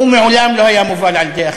הוא מעולם לא היה מובל על-ידי אחרים.